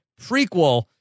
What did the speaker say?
prequel